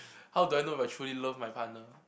how do I know if I truly love my partner